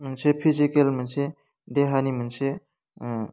मोनसे फिजिकेल मोनसे देहानि मोनसे